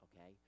Okay